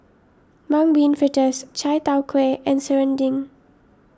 Mung Bean Fritters Chai Tow Kway and Serunding